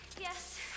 Yes